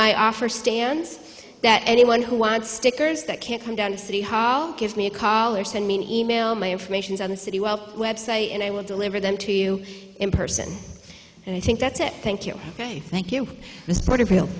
my offer stands that anyone who wants stickers that can come down to city hall give me a call or send me an e mail my information is on the city well website and i will deliver them to you in person and i think that's it thank you ok thank you the sport